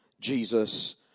Jesus